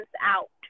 out